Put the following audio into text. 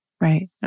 Right